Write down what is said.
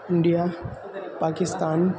India Pakistan